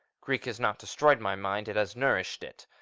greek has not destroyed my mind it has nourished it.